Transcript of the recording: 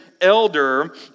elder